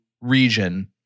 region